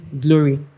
glory